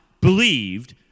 believed